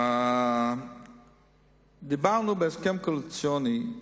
דיברנו בהסכם הקואליציוני,